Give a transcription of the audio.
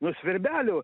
nu svirbelių